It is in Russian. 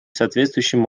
соответствующим